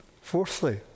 Fourthly